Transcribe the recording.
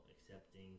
Accepting